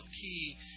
key